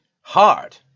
hard